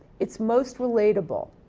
it's most relatable,